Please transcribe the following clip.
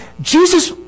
Jesus